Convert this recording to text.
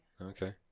Okay